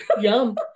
yum